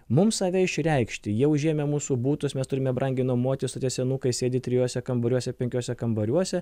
mums save išreikšti jie užėmę mūsų butus mes turime brangiai nuomotis o tie senukai sėdi trijuose kambariuose penkiuose kambariuose